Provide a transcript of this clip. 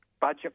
budget